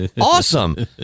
awesome